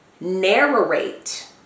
narrate